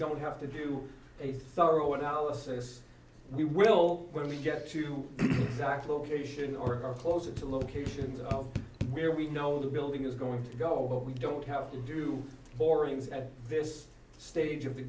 don't have to do a thorough analysis we will when we get to that location or are closer to locations where we know the building is going to go but we don't have to do moorings at this stage of the